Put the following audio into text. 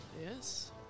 Yes